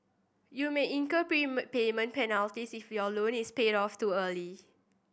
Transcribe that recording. you may incur prepay prepayment penalties if your loan is paid off too early